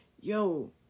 yo